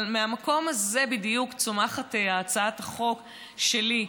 אבל מהמקום הזה בדיוק צומחת הצעת החוק שלי,